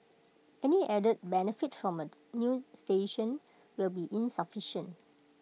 any added benefit from A new station will be insufficient